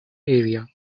area